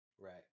Right